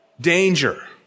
danger